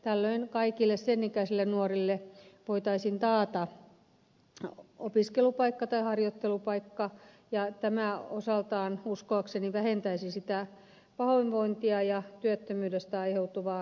tällöin kaikille sen ikäisille nuorille voitaisiin taata opiskelupaikka tai harjoittelupaikka ja tämä osaltaan uskoakseni vähentäisi sitä pahoinvointia ja työttömyydestä aiheutuvaa turhautumista